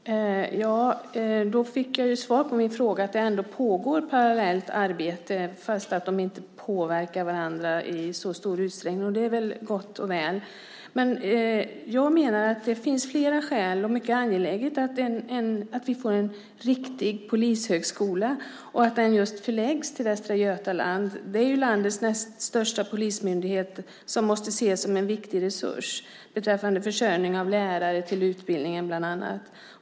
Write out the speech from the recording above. Fru talman! Nu fick jag svar på min fråga: att det pågår parallella arbeten, fast de inte påverkar varandra i så stor utsträckning. Det är väl gott och väl. Jag menar att det finns flera skäl och att det är mycket angeläget att vi får en riktig polishögskola och att den förläggs till just Västra Götaland. Där finns landets näst största polismyndighet som måste ses som en viktig resurs beträffande försörjning av lärare till utbildningen bland annat.